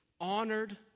honored